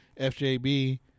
FJB